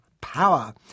power